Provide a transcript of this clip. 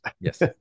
yes